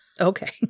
Okay